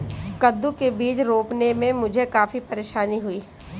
कद्दू के बीज रोपने में मुझे काफी परेशानी हुई